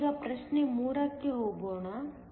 ನಾವೀಗ ಪ್ರಶ್ನೆ 3ಕ್ಕೆ ಹೋಗೋಣ